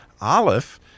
Aleph